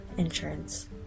insurance